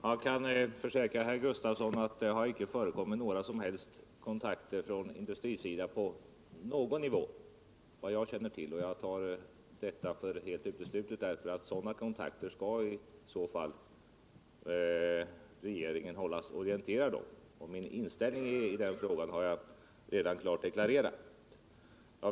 Herr talman! Jag kan försäkra Bengt Gustavsson att det enligt vad jag känner till inte har förekommit några som helst kontakter från industrin på någon nivå. Jag betraktar det såsom helt uteslutet, eftersom regeringen skall hållas orienterad om sådana kontakter. Min inställning i den frågan har jag redan klart deklarerat.